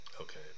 okay